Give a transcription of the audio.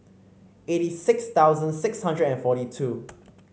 eighty six thousand six hundred and forty two